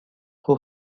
who